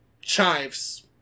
chives